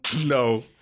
No